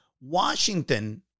Washington